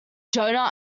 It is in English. doughnut